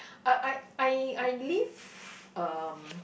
I I I I live um